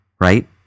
right